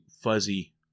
fuzzy